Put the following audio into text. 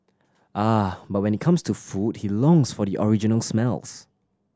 ah but when it comes to food he longs for the original smells